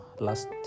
last